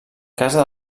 casa